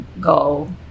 go